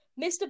Mr